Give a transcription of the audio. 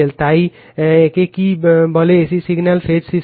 তাই একে কি বলে এসি সিগন্যাল ফেজ সিস্টেম